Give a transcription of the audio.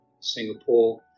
Singapore